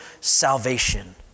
salvation